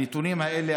הנתונים האלה,